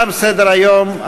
תם סדר-היום.